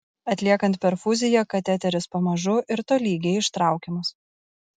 atliekant perfuziją kateteris pamažu ir tolygiai ištraukiamas